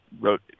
wrote